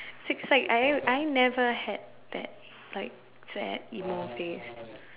it's like I am I never had that like sad emo phase